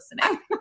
listening